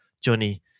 Johnny